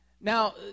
Now